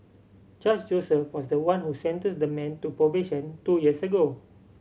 Judge Joseph was the one who sentenced the man to probation two years ago